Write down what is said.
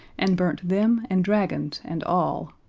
and burnt them and dragons and all.